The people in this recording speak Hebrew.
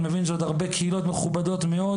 אני מבין שיש עוד הרבה קהילות מכובדות מאוד